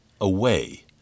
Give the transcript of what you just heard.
away